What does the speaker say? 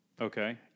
Okay